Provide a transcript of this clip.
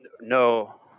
No